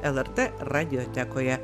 lrt radiotekoje